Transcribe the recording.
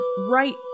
right